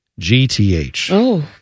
GTH